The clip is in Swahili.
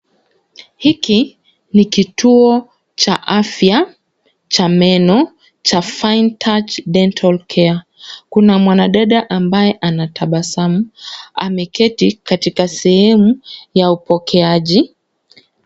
Hiki ni kituo cha afya cha meno cha Finetouch Dental care, kuna mwanadada ambaye anatabasamu. Ameketi katika sehemu ya upokeaji.